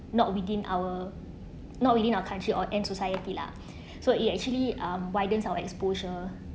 not within our not within our country or and society lah so it actually um widens our exposure